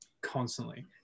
constantly